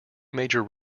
major